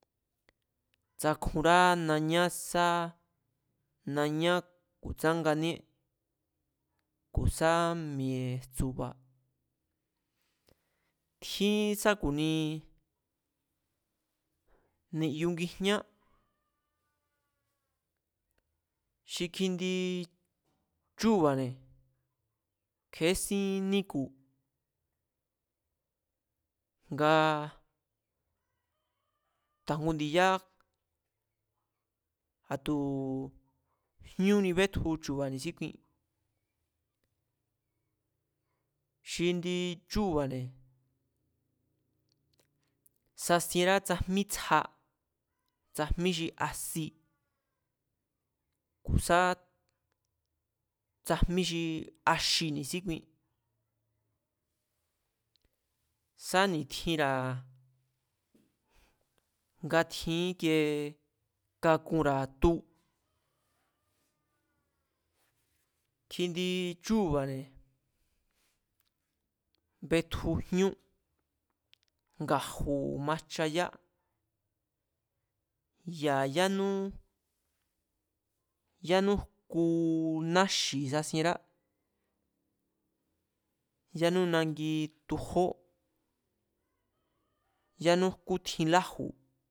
Tsakjunrá nañá sá nañá ku̱tsánganíé, ku̱ sá mi̱e̱ jtsu̱ba̱. Tjín sá ku̱ni ni̱yu ngijñá, xi kjindi chúu̱ba̱ne̱ kje̱ésín níku̱ ngaa ta̱jngu ndi̱yá a̱ tu̱ jñúni betju chu̱ba̱ ni̱síkui, xi indi chúu̱ba̱ne̱ sasienrá tsajmí tsja, tsajmí xi asi, ku̱ sá tsajmí xi axi ni̱síkui sá ni̱tjinra̱ nga tjin íkiee kakunra̱ tu kjindi chúu̱ba̱ne̱ betju jñú, nga̱ju̱ majcha yá ya̱ yánú, yánú jku naxi̱ sasienrá, yanú nangi jtujó, ñánú jkú tjin láju̱